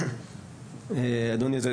אדוני,